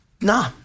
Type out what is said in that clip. No